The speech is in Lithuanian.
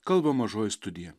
kalba mažoji studija